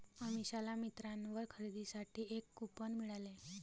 अमिषाला मिंत्रावर खरेदीसाठी एक कूपन मिळाले